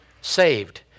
saved